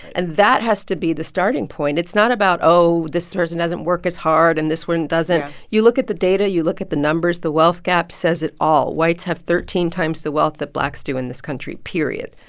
and that has to be the starting point. it's not about, oh, this person doesn't work as hard, and this one doesn't yeah you look at the data. you look at the numbers. the wealth gap says it all. whites have thirteen times the wealth that blacks do in this country period.